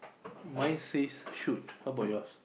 mine says shoot how about yours